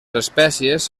espècies